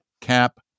cap